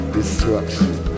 Destruction